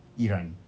iran